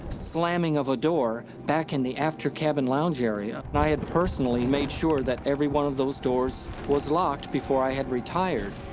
slamming of a door, back in the after cabin lounge area. and i had, personally, made sure that every one of those doors was locked before i had retired.